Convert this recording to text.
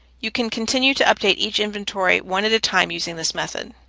you can continue to update each inventory one at a time using this method.